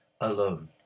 alone